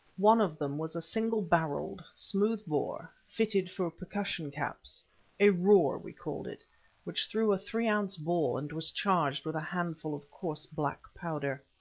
one of them was a single-barrelled, smooth bore, fitted for percussion caps a roer we called it which threw a three-ounce ball, and was charged with a handful of coarse black powder.